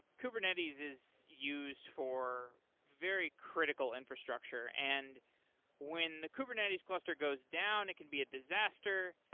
kubernetes is used for very critical infrastructure, and when the kubernetes cluster goes down, it can be a disaster,